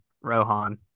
Rohan